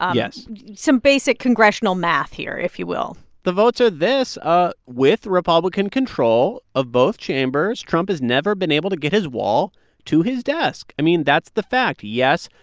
um yes some basic congressional math here, if you will the votes are this. ah with republican control of both chambers, trump has never been able to get his wall to his desk. i mean, that's the fact. yes,